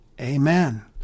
Amen